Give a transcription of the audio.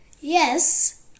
yes